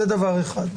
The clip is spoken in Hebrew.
זה דבר אחד.